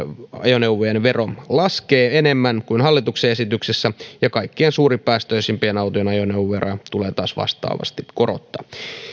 ajoneuvojen vero laskee enemmän kuin hallituksen esityksessä ja kaikkien suurempipäästöisten autojen ajoneuvoveroa taas vastaavasti korotetaan